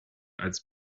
als